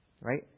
Right